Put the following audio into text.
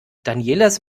danielas